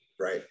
right